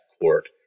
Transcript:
Court